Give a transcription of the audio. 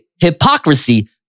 hypocrisy